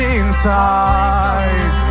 inside